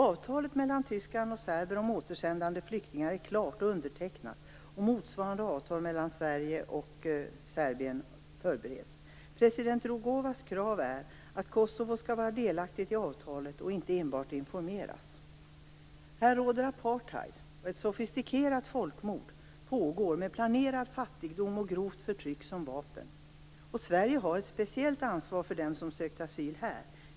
Avtalet mellan Tyskland och Serbien om återsändande av flyktingar är klart och undertecknat. Motsvarande avtal mellan Sverige och Serbien förbereds. President Rugovas krav är att Kosova skall vara delaktigt i avtalet och inte enbart informeras. Här råder apartheid. Ett sofistikerat folkmord pågår med planerad fattigdom och grovt förtryck som vapen. Sverige har ett speciellt ansvar för dem som sökt asyl här.